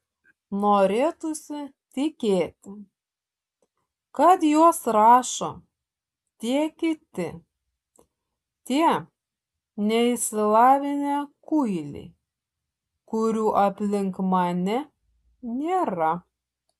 norėtųsi tikėti kad juos rašo tie kiti tie neišsilavinę kuiliai kurių aplink mane nėra